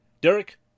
derek